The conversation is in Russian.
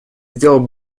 сделал